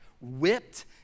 whipped